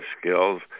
skills